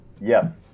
Yes